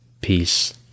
Peace